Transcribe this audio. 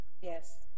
Yes